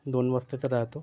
दोन वाजताचा राहतो